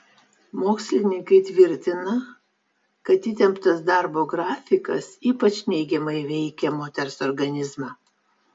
mokslininkai tvirtina kad įtemptas darbo grafikas ypač neigiamai veikia moters organizmą